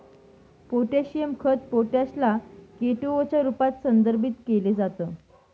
potassium खत potash ला K two O च्या रूपात संदर्भित केल जात